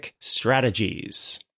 Strategies